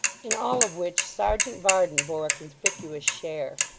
in all of which serjeant varden bore a conspicuous share.